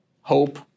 hope